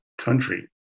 country